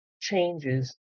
changes